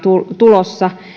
tulossa